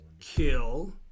kill